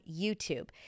YouTube